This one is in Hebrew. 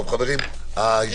טוב, חברים, הישיבה הופסקה.